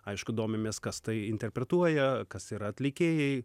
aišku domimės kas tai interpretuoja kas yra atlikėjai